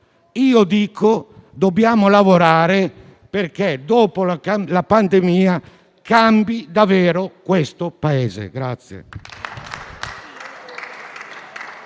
Io dico che dobbiamo lavorare perché dopo la pandemia cambi davvero questo Paese.